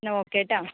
എന്നാൽ ഓക്കെട്ടോ